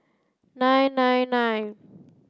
nine nine nine